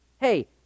Hey